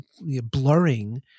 blurring